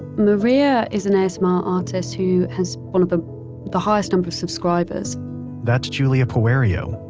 maria is an asmr artist who has one of the the highest number of subscribers that's giulia poerio,